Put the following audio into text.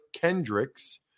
Kendricks